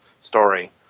story